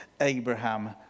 Abraham